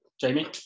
Jamie